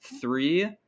three